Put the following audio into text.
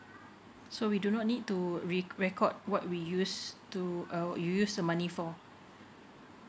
so we do not need to record what we use to uh what we use the money for